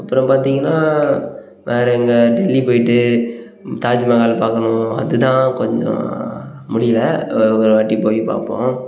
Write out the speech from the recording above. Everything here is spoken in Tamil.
அப்புறம் பார்த்தீங்கன்னா வேறு எங்கே டெல்லி போய்விட்டு தாஜ்மஹால் பார்க்கணும் அது தான் கொஞ்சம் முடியிலை ஒரு வாட்டி போய் பார்ப்போம்